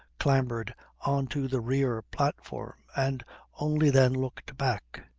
clambered on to the rear platform, and only then looked back.